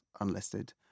unlisted